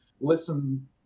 listen